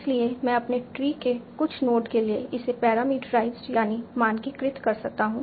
इसलिए मैं अपने ट्री के कुछ नोड के लिए इसे पैरामीटराइज्ड मानकीकृत कर सकता हूं